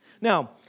Now